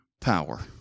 power